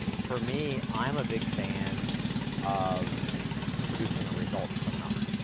for me, i'm a big fan of producing a result for someone else.